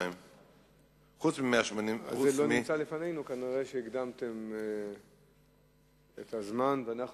2. האם ניתן להקדים את הנפקת התעודות?